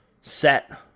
set